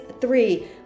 three